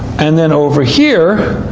and then over here,